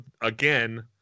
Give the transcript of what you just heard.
again